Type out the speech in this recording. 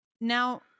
Now